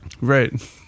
Right